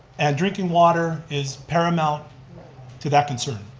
and drinking water is paramount to that concern.